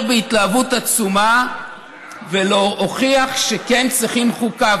בהתלהבות עצומה והוכיח שכן צריכים חוקה.